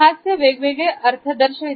हास्य वेगवेगळे अर्थ दर्शविते